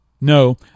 No